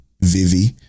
Vivi